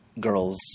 girls